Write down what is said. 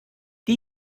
die